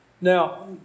Now